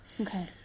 Okay